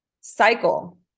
cycle